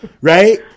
right